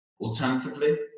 Alternatively